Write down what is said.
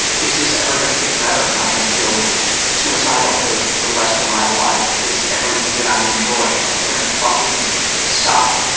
is this ever going to get better? am i going to feel suicidal the the rest of my life? is everything i enjoy going to fucking suck?